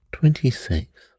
Twenty-six